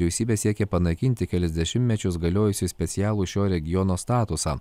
vyriausybė siekia panaikinti kelis dešimtmečius galiojusį specialų šio regiono statusą